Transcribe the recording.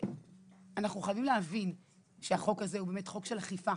אנחנו חייבים להבין שהחוק הזה הוא חוק של אכיפה.